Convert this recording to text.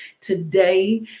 Today